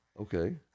Okay